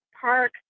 Park